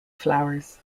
flowers